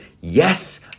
yes